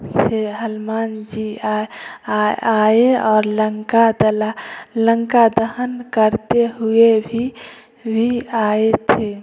हनुमान जी आ आ आए और लंका दल लंका दहन करते हुए भी भी आए थे